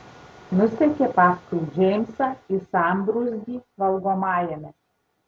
nusekė paskui džeimsą į sambrūzdį valgomajame